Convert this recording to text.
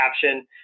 caption